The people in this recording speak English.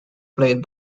played